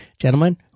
Gentlemen